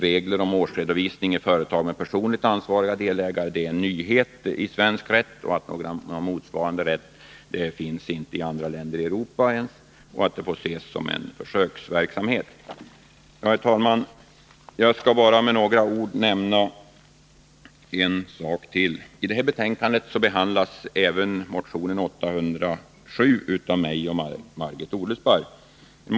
Regler om årsredovisning i företag med personligt ansvariga delägare är en nyhet i svensk rätt, och några motsvarande regler finns inte ännu i andra länder i Europa. Detta får ses som en försöksverksamhet. Herr talman! Med bara några ord skall jag beröra en sak till. I detta betänkande behandlas även motionen 807 av mig och Margit Odelsparr.